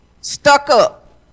stuck-up